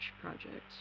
project